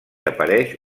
apareix